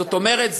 זאת אומרת,